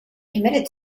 committed